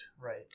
right